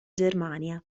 germania